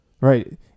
Right